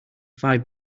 five